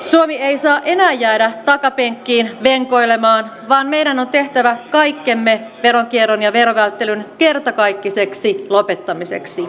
suomi ei saa enää jäädä takapenkkiin venkoilemaan vaan meidän on tehtävä kaikkemme veronkierron ja verovälttelyn kertakaikkiseksi lopettamiseksi